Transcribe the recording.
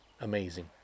Amazing